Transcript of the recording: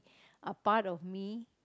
a part of me